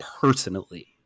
personally